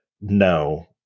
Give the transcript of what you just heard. no